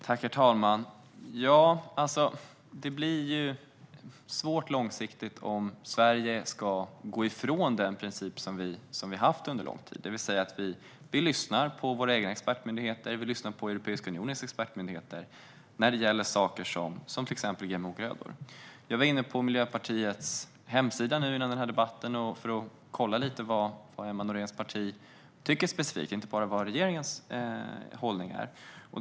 Herr talman! Det blir långsiktigt svårt om Sverige ska gå ifrån den princip som vi har haft under lång tid, det vill säga att vi lyssnar på våra egna och Europeiska unionens expertmyndigheter när det gäller till exempel GMO-grödor. Jag var före den här debatten inne på Miljöpartiets hemsida för att kolla lite vad det är Emma Nohréns parti specifikt tycker och inte bara vilken regeringens hållning är.